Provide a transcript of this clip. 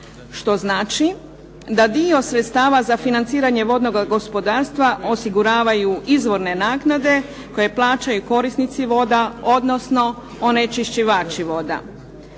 što znači da dio sredstava za financiranje vodnog gospodarstva osiguravaju izvorne naknade koje plaćaju korisnici voda odnosno onečišćivači voda.